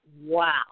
wow